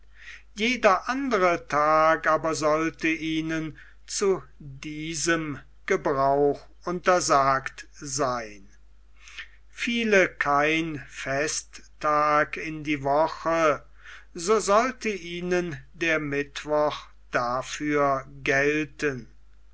jeder andere tag aber sollte ihnen zu diesem gebrauch untersagt sein fiele kein festtag in die woche so sollte ihnen der mittwoch dafür gelten